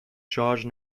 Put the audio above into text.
شارژ